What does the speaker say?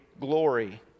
glory